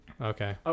Okay